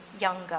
younger